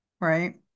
Right